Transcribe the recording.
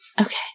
Okay